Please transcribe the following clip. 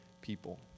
people